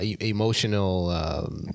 emotional